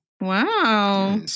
Wow